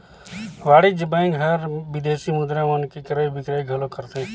वाणिज्य बेंक हर विदेसी मुद्रा मन के क्रय बिक्रय घलो करथे